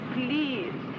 please